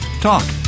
Talk